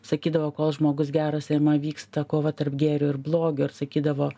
sakydavo kol žmogus geras jame vyksta kova tarp gėrio ir blogio ir sakydavo